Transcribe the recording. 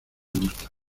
gusta